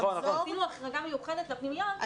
עשינו החרגה מיוחדת לפנימיות.